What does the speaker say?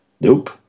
nope